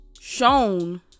shown